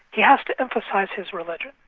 he has to emphasise his religion.